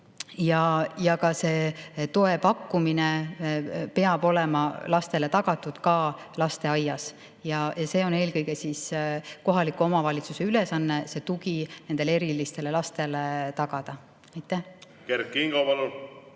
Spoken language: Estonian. tugi. See toe pakkumine peab olema lastele tagatud ka lasteaias ja on eelkõige kohaliku omavalitsuse ülesanne see tugi nendele erilistele lastele tagada. Kert Kingo, palun!